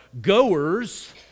goers